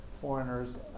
foreigners